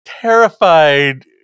terrified